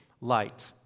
light